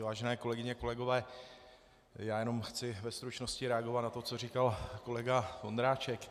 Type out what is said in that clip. Vážené kolegyně, kolegové, já jenom chci ve stručnosti reagovat na to, co říkal kolega Vondráček.